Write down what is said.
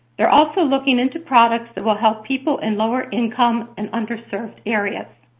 they're also looking into products that will help people in lower-income and underserved areas.